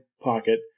pocket